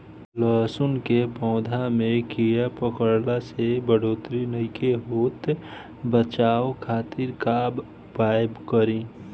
लहसुन के पौधा में कीड़ा पकड़ला से बढ़ोतरी नईखे होत बचाव खातिर का उपाय करी?